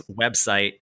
website